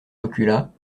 recula